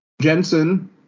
Jensen